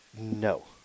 no